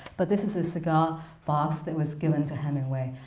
but this is a cigar box that was given to hemingway,